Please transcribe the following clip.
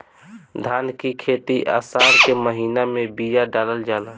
धान की खेती आसार के महीना में बिया डालल जाला?